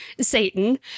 Satan